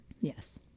yes